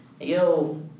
Yo